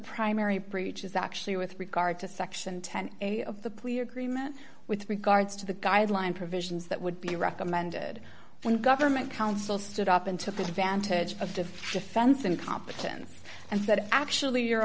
primary breach is actually with regard to section ten a of the plea agreement with regards to the guideline provisions that would be recommended when government counsel stood up and took advantage of the defense and competition and said actually your